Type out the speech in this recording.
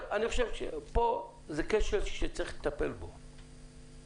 כאן זה כשל שצריך לטפל בו.